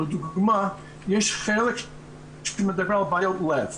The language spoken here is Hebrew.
לדוגמה, יש חלק שמדבר על בעיות לב.